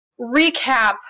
recap